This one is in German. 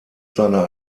seiner